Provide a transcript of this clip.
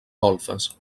golfes